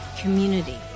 community